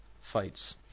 fights